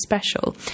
special